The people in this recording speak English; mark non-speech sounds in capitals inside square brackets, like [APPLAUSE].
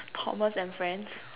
Thomas-and-friends [LAUGHS]